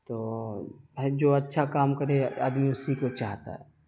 تو بھائی جو اچھا کام کرے گا آدمی اسی کو چاہتا ہے